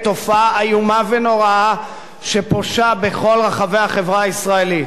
תופעה איומה ונוראה שפושה בכל רחבי החברה הישראלית.